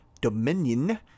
Dominion